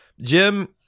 Jim